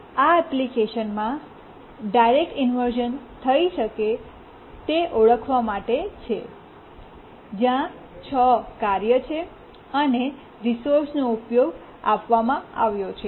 આ એપ્લિકેશનમાં direct inversion થઈ શકે તે ઓળખવા માટે છે જ્યાં 6 કાર્ય છે અને રિસોર્સનો ઉપયોગ આપવામાં આવ્યો છે